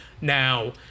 Now